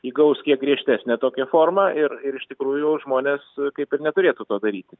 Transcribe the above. įgaus kiek griežtesnę tokią formą ir ir iš tikrųjų žmonės kaip ir neturėtų to daryti